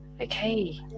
Okay